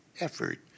effort